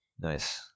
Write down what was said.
Nice